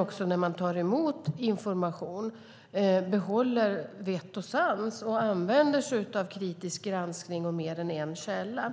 och när man tar emot information, behåller vett och sans och använder sig av kritisk granskning och mer än en källa.